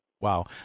Wow